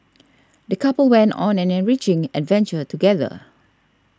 the couple went on an enriching adventure together